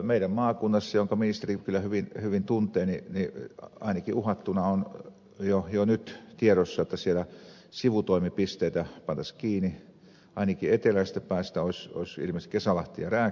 meidän maakunnassa jonka ministeri kyllä hyvin tuntee on ainakin uhattuna jo nyt että siellä sivutoimipisteitä pantaisiin kiinni ainakin eteläisestä päästä ilmeisesti kesälahti ja rääkkylä